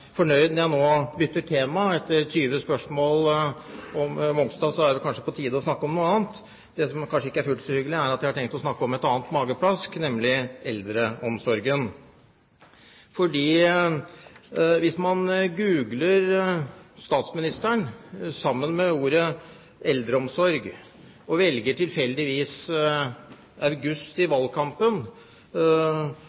Mongstad er det vel på tide å snakke om noe annet. Det som kanskje ikke er fullt så hyggelig, er at jeg har tenkt å snakke om et annet mageplask, nemlig eldreomsorgen. Hvis man googler statsministeren sammen med ordet «eldreomsorg» og tilfeldigvis velger august i